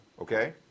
okay